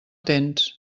tens